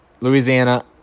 Louisiana